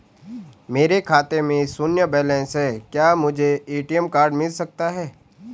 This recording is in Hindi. मेरे खाते में शून्य बैलेंस है क्या मुझे ए.टी.एम कार्ड मिल सकता है?